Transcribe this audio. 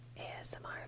ASMR